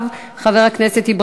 חבר הכנסת עיסאווי פריג',